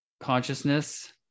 consciousness